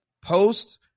post